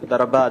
תודה רבה.